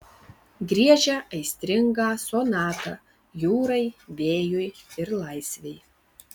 griežia aistringą sonatą jūrai vėjui ir laisvei